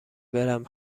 برم